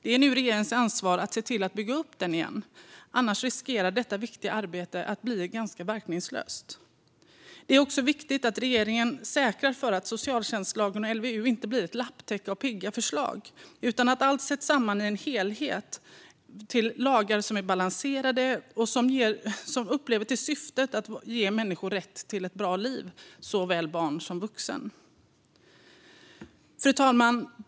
Det är nu regeringens ansvar att se till att bygga upp den igen - annars riskerar detta viktiga arbete att bli ganska verkningslöst. Det är också viktigt att regeringen säkerställer att socialtjänstlagen och LVU inte blir ett lapptäcke av pigga förslag utan att allt sätts samman till en helhet med lagar som är balanserade och som lever upp till syftet att ge människor - såväl barn som vuxna - rätt till ett bra liv. Fru talman!